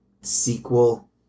sequel